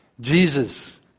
Jesus